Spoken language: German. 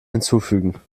hinzufügen